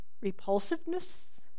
repulsiveness